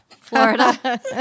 Florida